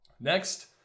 Next